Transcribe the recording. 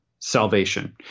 salvation